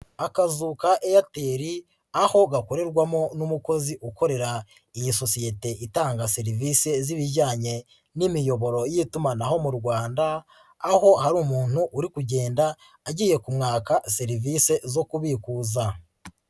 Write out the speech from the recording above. Akazu ka Airtel aho gakorerwamo n'umukozi ukorera iyi sosiyete itanga serivisi z'ibijyanye n'imiyoboro y'itumanaho mu Rwanda, aho hari umuntu uri kugenda agiye kumwaka serivisi zo kubikuza.